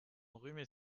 enrhumé